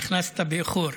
נכנסת באיחור.